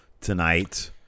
tonight